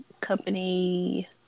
company